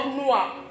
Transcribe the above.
Noah